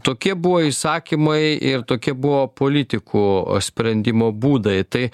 tokie buvo įsakymai ir tokie buvo politikų sprendimo būdai tai